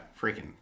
freaking